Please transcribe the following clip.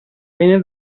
fines